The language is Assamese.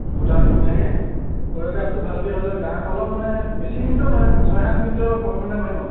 গোটা ধুনীয়াকৈ কৰিয়'গ্ৰাফটো ভালকৈ হ'লেও গান অলপ মানে বেছি মিনিটৰ নহয় ছয় সাত মিনিটৰ পাৰফৰ্ম এটা কৰিম আৰু